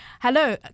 Hello